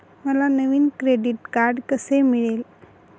मला नवीन credit card कसे मिळेल?